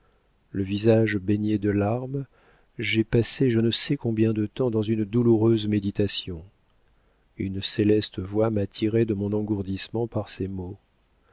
le visage baigné de larmes j'ai passé je ne sais combien de temps dans une douloureuse méditation une céleste voix m'a tirée de mon engourdissement par ces mots